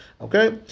Okay